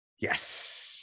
yes